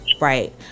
right